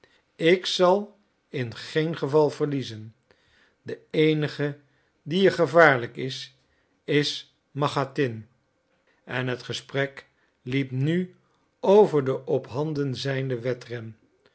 ik zal in geen geval verliezen de eenige die je gevaarlijk is is machatin en het gesprek liep nu over den ophanden zijnden wedren